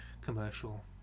commercial